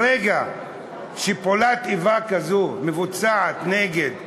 ברגע שפעולת איבה כזו מבוצעת נגד ערבים,